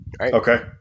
Okay